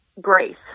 grace